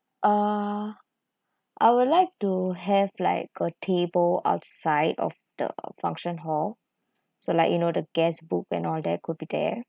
uh I would like to have like got table outside of the function hall so like you know the guest book and all that could be there